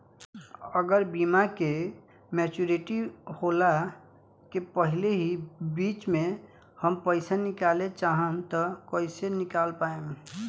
अगर बीमा के मेचूरिटि होला के पहिले ही बीच मे हम पईसा निकाले चाहेम त कइसे निकाल पायेम?